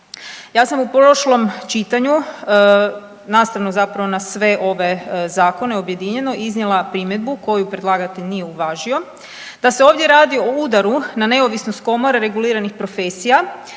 Ja sam u prošlom čitanju nastavno zapravo na sve ove zakone objedinjeno iznijela primjedbu koju predlagatelj nije uvažio, da se ovdje radi o udaru na neovisnost komore reguliranih profesija,